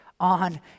On